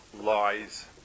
lies